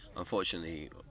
unfortunately